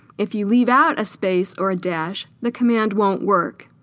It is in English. if you leave out a space or a dash the command won't work